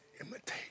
imitate